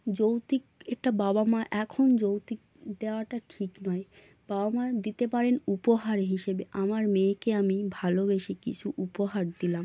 যৌতুক এটা বাবা মা এখন যৌতুক দেওয়াটা ঠিক নয় বাবা মা দিতে পারেন উপহার হিসেবে আমার মেয়েকে আমি ভালোবেসে কিছু উপহার দিলাম